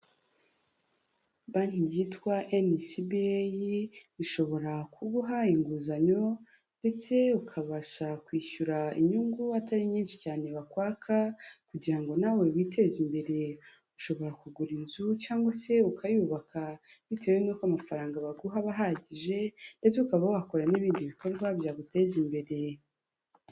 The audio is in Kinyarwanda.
Banki yitwa NCBA ishobora kuguha inguzanyo ndetse ukabasha kwishyura inyungu atari nyinshi cyane bakwaka kugira ngo nawe witeze imbere, ushobora kugura inzu cyangwa se ukayubaka bitewe n'uko amafaranga baguha aba ahagije ndetse ukaba wakora n'ibindi bikorwa byaguteza imbere.